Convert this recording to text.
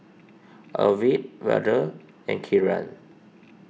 Arvind Vedre and Kiran